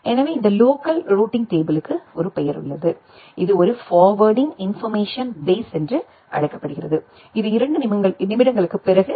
எனவே இந்த local routing டேபிளுக்கு ஒரு பெயர் உள்ளது இது ஒரு ஃபார்வேர்டிங் இன்போர்மேஷன் பேஸ் என்று அழைக்கப்படுகிறது இது இரண்டு நிமிடங்களுக்குப் பிறகு வரும்